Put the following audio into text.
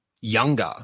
younger